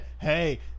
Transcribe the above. Hey